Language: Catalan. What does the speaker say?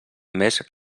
més